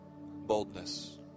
Boldness